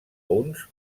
uns